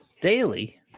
Daily